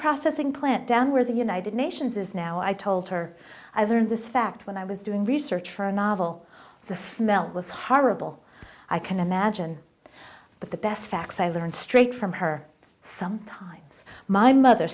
processing plant down where the united nations is now i told her i learned this fact when i was doing research for a novel the smell was horrible i can imagine but the best facts i learned straight from her sometimes my mother